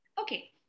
Okay